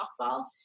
softball